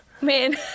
man